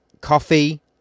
coffee